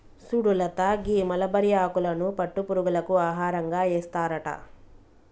సుడు లత గీ మలబరి ఆకులను పట్టు పురుగులకు ఆహారంగా ఏస్తారట